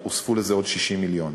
הוספו לזה עוד 60 מיליון.